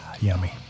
Yummy